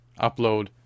upload